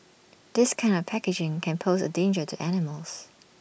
this kind of packaging can pose A danger to animals